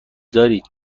دارید